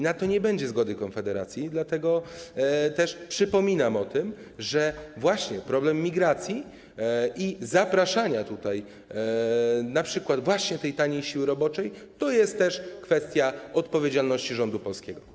Na to nie będzie zgody Konfederacji, dlatego też przypominam o tym, że problem migracji i zapraszania np. taniej siły roboczej to jest też kwestia odpowiedzialności rządu polskiego.